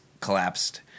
collapsed